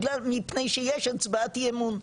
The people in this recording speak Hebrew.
בגלל מפני שיש הצבעת אי אמון,